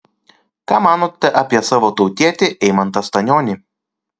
ką manote apie savo tautietį eimantą stanionį